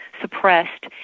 suppressed